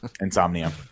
Insomnia